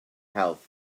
health